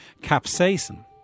Capsaicin